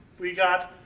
we got,